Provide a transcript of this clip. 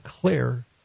clear